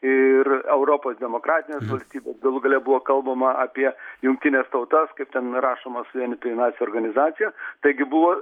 ir europos demokratines valstybes galų gale buvo kalbama apie jungtines tautas kaip ten rašoma suvienytųjų nacijų organizacija taigi buvo